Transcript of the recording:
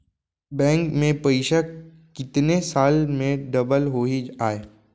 Bank में पइसा कितने साल में डबल होही आय?